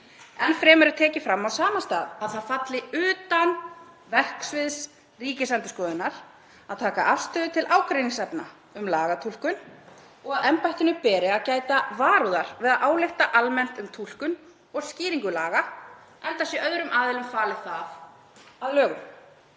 Enn fremur er tekið fram á sama stað að það falli utan verksviðs Ríkisendurskoðunar að taka afstöðu til ágreiningsefna um lagatúlkun og að embættinu beri að gæta varúðar við að álykta almennt um túlkun og skýringu laga, enda sé öðrum aðilum falið það hlutverk